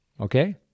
Okay